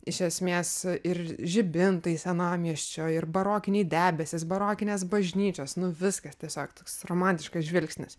iš esmės ir žibintai senamiesčio ir barokiniai debesys barokinės bažnyčios nu viskas tiesiog toks romantiškas žvilgsnis